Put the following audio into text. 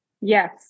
Yes